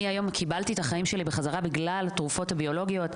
אני היום קיבלתי את החיים שלי בחזרה בגלל התרופות הביולוגיות,